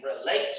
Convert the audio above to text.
relate